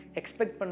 expect